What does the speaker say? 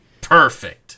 perfect